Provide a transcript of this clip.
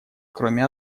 кроме